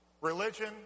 Religion